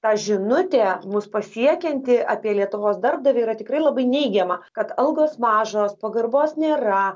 ta žinutė mus pasiekianti apie lietuvos darbdavį yra tikrai labai neigiama kad algos mažos pagarbos nėra